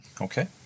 Okay